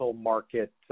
market